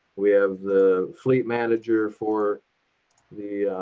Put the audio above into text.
we have the fleet manager for the